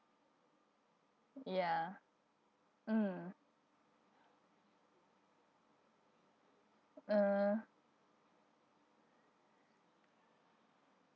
ya mm uh